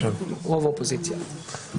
רוב האופוזיציה.